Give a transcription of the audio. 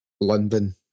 London